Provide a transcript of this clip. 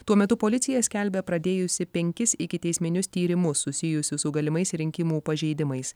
tuo metu policija skelbia pradėjusi penkis ikiteisminius tyrimus susijusius su galimais rinkimų pažeidimais